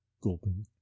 gulping